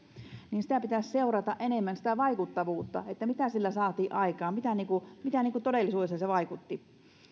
niin pitäisi seurata enemmän sitä vaikuttavuutta mitä sillä saatiin aikaan mitä mitä todellisuudessa se vaikutti